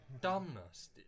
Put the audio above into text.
Dumbness